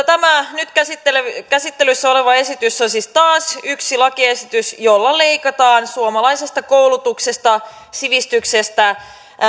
tämä nyt käsittelyssä oleva esitys on siis taas yksi lakiesitys jolla leikataan suomalaisesta koulutuksesta sivistyksestä